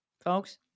folks